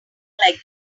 like